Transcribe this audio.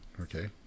Okay